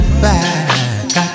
back